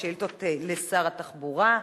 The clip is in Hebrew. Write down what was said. שאילתות לשר התחבורה.